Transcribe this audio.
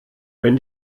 wenn